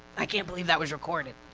i can't believe that was recorded!